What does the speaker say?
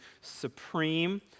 supreme